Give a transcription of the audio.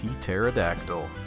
Pterodactyl